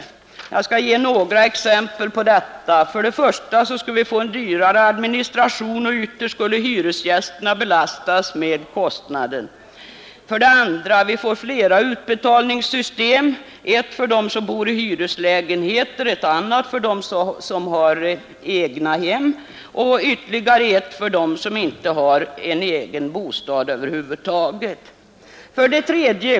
Jag skall ge några exempel på detta. 1. Vi skulle få en dyrare administration och ytterst skulle hyresgästerna belastas med kostnaderna. 2. Vi får flera utbetalningssystem — ett för dem som bor i hyreslägenheter, ett annat för dem som har egnahem och ytterligare ett för dem som inte har en egen bostad över huvud taget. 3.